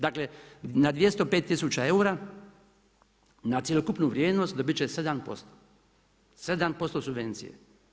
Dakle, na 205 tisuća eura, na cjelokupnu vrijednost dobiti će 7%, 7% subvencije.